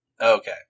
Okay